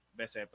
BCP